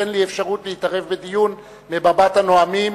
אין לי אפשרות להתערב בדיון מבמת הנואמים,